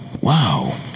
wow